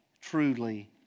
truly